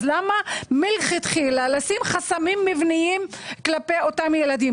אז למה מלכתחילה לשים חסמים מבניים כלפי אותם ילדים?